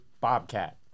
Bobcat